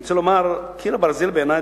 אני רוצה לומר ש"קיר הברזל" בעיני,